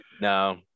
No